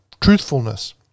truthfulness